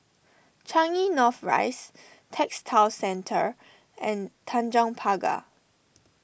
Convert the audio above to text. Changi North Rise Textile Centre and Tanjong Pagar